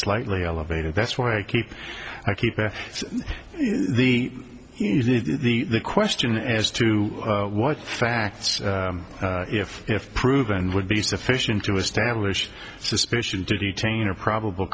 slightly elevated that's why i keep i keep it the is the question as to what facts if if proven would be sufficient to establish suspicion detain or probable